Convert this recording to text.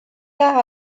part